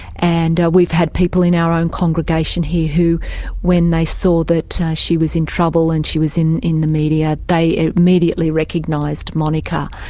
and we've had people from our own congregation here who when they saw that she was in trouble and she was in in the media, they immediately recognised monika,